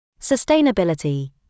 Sustainability